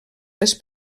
les